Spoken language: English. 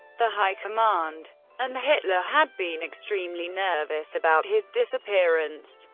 the high command and hitler had been extremely nervous about his disappearance,